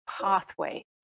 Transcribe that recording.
pathway